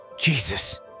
Jesus